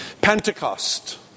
pentecost